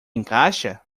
encaixa